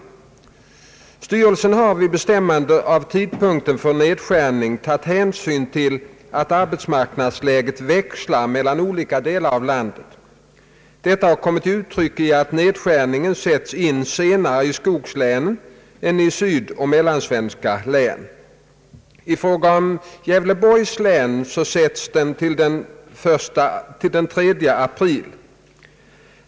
Styrelsen har vid bestämmandet av tidpunkten för nedskärningen tagit hänsyn till att arbetsmarknadsläget växlar mellan olika delar av landet. Detta har kommit till uttryck i att nedskärningen sätts in senare i skogslänen än i de sydoch mellansvenska länen. I fråga om Gävleborgs län sätts den in den 3 april.